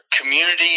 community